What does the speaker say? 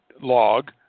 log